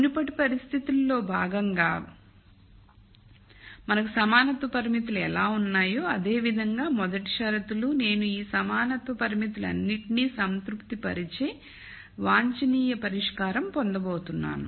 మునుపటి పరిస్థితులలో భాగంగా మనకు సమానత్వ పరిమితులు ఎలా ఉన్నాయో అదే విధంగా మొదటి షరతులు నేను ఈ సమానత్వ పరిమితులన్నింటినీ సంతృప్తిపరిచే వాంఛనీయ పరిష్కారం పొందబోతున్నాను